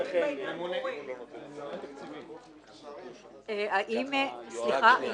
מה השאלה?